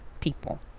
people